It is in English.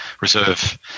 reserve